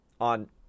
on